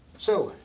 so,